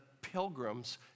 pilgrims